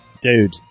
dude